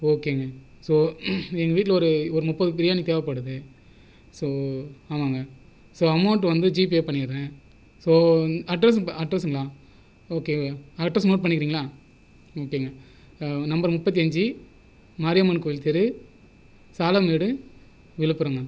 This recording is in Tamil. ஓகேங்க ஸோ எங்கள் வீட்டில் ஒரு ஒரு முப்பது பிரியாணி தேவைப்படுது ஸோ ஆமாங்க ஸோ அமௌண்ட் வந்து ஜிபே பண்ணுற ஸோ அட்ரேஸ் அட்ரஸ்ங்கல ஓகே அட்ரஸ் நோட் பண்ணிக்கிறங்களா ஓகேங்க நம்பர் முப்பத்தி அஞ்சு மாரியம்மன் கோவில் தெரு சாலம்மேடு விழுப்புரம்ங்க